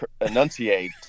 enunciate